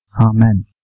Amen